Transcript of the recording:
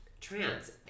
trans-